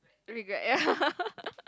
regret ya